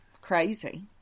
crazy